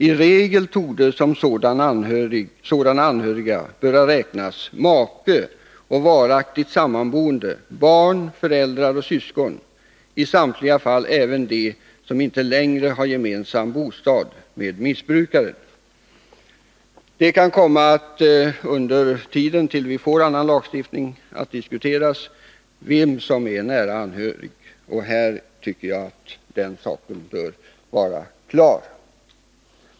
”I regel torde som sådana anhöriga böra räknas make och varaktigt sammanboende, barn, föräldrar och syskon, i samtliga fall även om de inte längre har gemensam bostad med missbrukaren.” Under tiden tills vi får annan lagstiftning kan det komma att diskuteras vem som är nära anhörig. Här tycker jag den saken blir klarlagd.